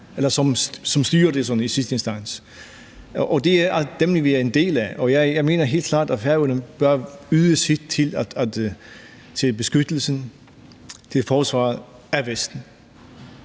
eller som styrer det sådan i sidste instans. Det er den vestlige verden, vi er en del af, og jeg mener helt klart, at Færøerne bør yde sit til beskyttelsen, til forsvaret af Vesten.